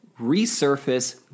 resurface